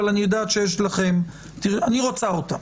ואני רוצה אותה.